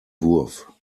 wurf